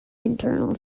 internal